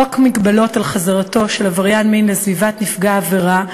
חוק מגבלות על חזרתו של עבריין מין לסביבת נפגע העבירה,